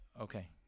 okay